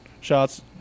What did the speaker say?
shots